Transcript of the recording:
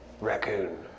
Raccoon